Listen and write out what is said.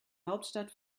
hauptstadt